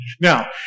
Now